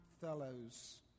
fellows